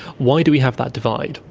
why do we have that divide?